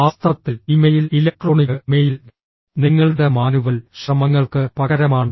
വാസ്തവത്തിൽ email electronic mail നിങ്ങളുടെ manual ശ്രമങ്ങൾക്ക് പകരമാണ്